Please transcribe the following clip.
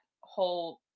whole